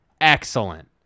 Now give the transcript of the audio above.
excellent